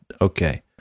Okay